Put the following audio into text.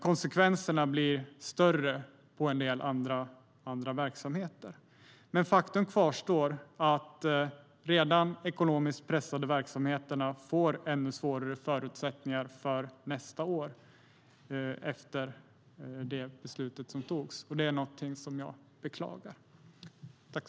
Konsekvenserna blir större på en del andra verksamheter. Men faktum kvarstår att redan ekonomiskt pressade verksamheter får ännu svårare förutsättningar för nästa år efter det beslut som fattades. Det är någonting som jag beklagar.